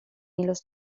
hilos